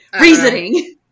Reasoning